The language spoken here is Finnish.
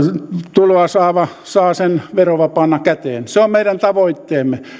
tuloa saava saa sen verovapaana käteen se on meidän tavoitteemme